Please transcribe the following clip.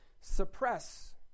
suppress